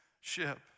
ship